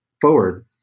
forward